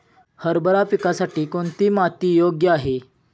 हरभरा पिकासाठी कोणती माती योग्य आहे?